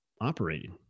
operating